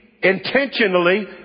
Intentionally